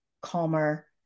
calmer